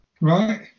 Right